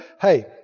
Hey